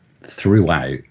throughout